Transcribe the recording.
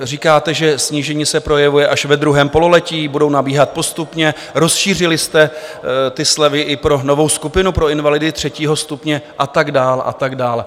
Říkáte, že snížení se projevuje až ve druhém pololetí, budou nabíhat postupně, rozšířili jste ty slevy i pro novou skupinu, pro invalidy třetího stupně, a tak dál a tak dál.